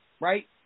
right